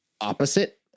opposite